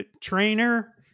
trainer